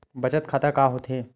बचत खाता का होथे?